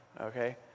Okay